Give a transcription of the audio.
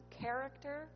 character